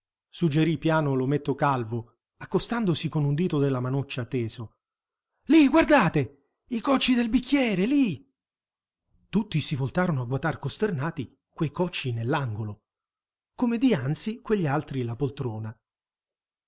suggerì piano l'ometto calvo accostandosi con un dito della manoccia teso lì guardate i cocci del bicchiere lì tutti si voltarono a guatar costernati quei cocci nell'angolo come dianzi quegli altri la poltrona